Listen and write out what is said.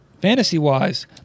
fantasy-wise